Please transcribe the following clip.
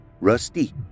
Rusty